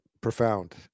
profound